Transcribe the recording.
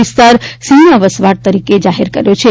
વિસ્તાર સિંહના વસવાટ તરીકે જાહેર કર્યો છે